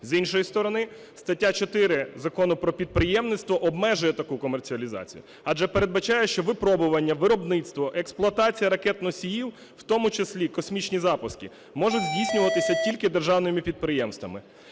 з іншої сторони, стаття 4 Закону "Про підприємництво" обмежує таку комерціалізацію, адже передбачає, що випробування, виробництво, експлуатація ракет-носіїв, в тому числі космічні запуски, можуть здійснюватися тільки державними підприємствами.